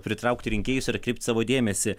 pritraukti rinkėjus ar atkreipti savo dėmesį